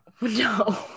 No